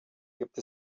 gibt